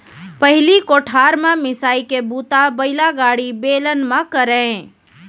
पहिली कोठार म मिंसाई के बूता बइलागाड़ी, बेलन म करयँ